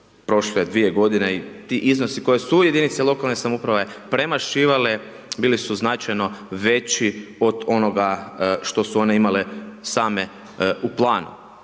prošle dvije godine i ti iznosi koji su jedinice lokalne samouprave premašivale, bili su značajno veći od onoga što su one imale same u planu.